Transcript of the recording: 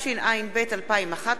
התשע”ב 2011,